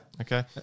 Okay